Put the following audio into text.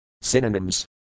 Synonyms